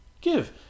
give